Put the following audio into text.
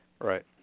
Right